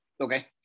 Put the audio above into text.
Okay